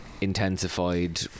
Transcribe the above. intensified